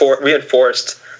reinforced